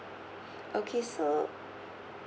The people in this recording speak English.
okay so